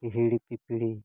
ᱦᱤᱦᱤᱲᱤ ᱯᱤᱯᱤᱲᱤ